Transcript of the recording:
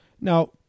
now